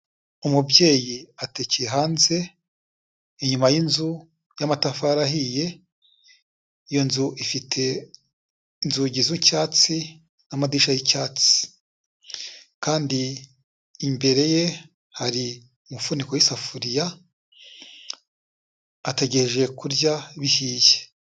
Umubyeyi atekeye hanze, inyuma y'inzu y'amatafari ahiye, iyo nzu ifite inzugi z'icyatsi n'amadishya y'icyatsi, kandi imbere ye hari umufuniko w'isafuriya, ategereje kurya bihiye.